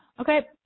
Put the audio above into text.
Okay